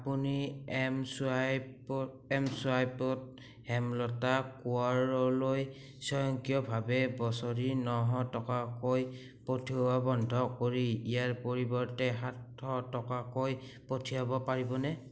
আপুনি এমছোৱাইপত এমছোৱাইপত হেমলতা কোঁৱৰলৈ স্বয়ংক্ৰিয়ভাৱে বছৰি নশ টকাকৈ পঠিওৱা বন্ধ কৰি ইয়াৰ পৰিৱৰ্তে সাতশ টকাকৈ পঠিয়াব পাৰিবনে